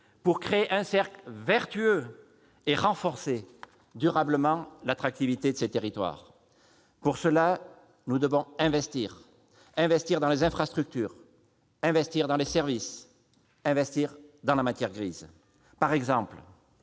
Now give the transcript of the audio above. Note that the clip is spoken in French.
à créer un cercle vertueux et à renforcer durablement l'attractivité de ces territoires. À cette fin, nous devons investir : investir dans les infrastructures, investir dans les services, investir dans la matière grise. Par exemple,